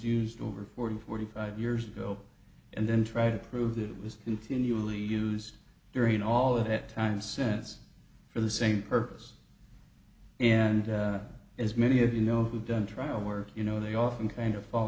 used over forty forty five years ago and then try to prove that it was continually used during all of that time sense for the same purpose and as many of you know who've done trial work you know they often kind of fall